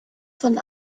von